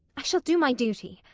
i shall do my duty.